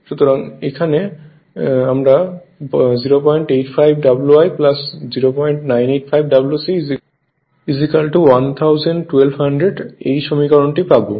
সুতরাং এখানে থেকে আমরা 085 W i 0985 W c 1200 এই সমীকরনটি পাবো